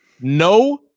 no